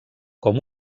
com